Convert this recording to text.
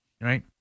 right